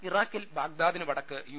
ഇറാഖിൽ ബാഗ്ദാദിന് വടക്ക് യു